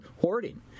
hoarding